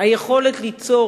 היכולת ליצור